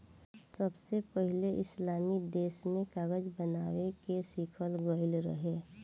सबसे पहिले इस्लामी देश में कागज बनावे के सिखल गईल रहे